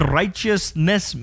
righteousness